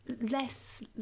less